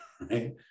right